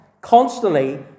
Constantly